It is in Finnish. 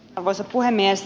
arvoisa puhemies